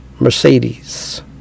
Mercedes